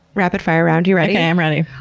rapid fire round, you ready? okay, i'm ready.